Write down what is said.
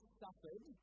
suffered